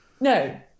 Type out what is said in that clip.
No